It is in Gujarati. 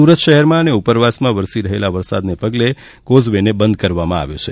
સુરત શહેરમાં અને ઉપરવાસમાં વરસી રહેલાં વરસાદના પગલે કોઝ વે ને બંધ કરવામાં આવ્યો છે